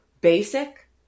basic